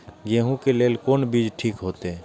गेहूं के लेल कोन बीज ठीक होते?